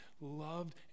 loved